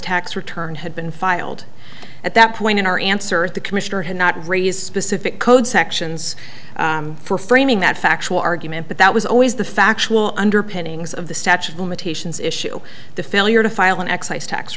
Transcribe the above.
tax return had been filed at that point in our answer at the commissioner had not raised specific code sections for framing that factual argument but that was always the factual underpinnings of the statute of limitations issue the failure to file an excise tax